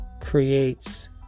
creates